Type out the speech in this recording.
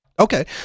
Okay